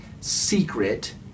secret